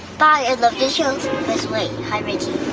bye, i love the show. wait hi, reggie